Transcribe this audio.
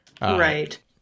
Right